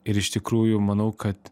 ir iš tikrųjų manau kad